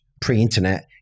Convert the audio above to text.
pre-internet